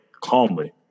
calmly